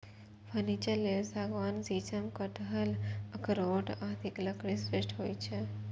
furniture लेल सागवान, शीशम, कटहल, अखरोट आदिक लकड़ी श्रेष्ठ होइ छै